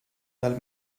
dal